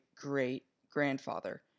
great-grandfather